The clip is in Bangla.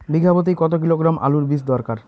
বিঘা প্রতি কত কিলোগ্রাম আলুর বীজ দরকার?